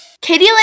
Katie